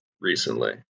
recently